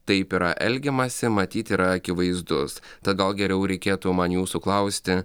taip yra elgiamasi matyt yra akivaizdus tad gal geriau reikėtų man jūsų klausti